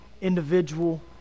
individual